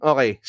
Okay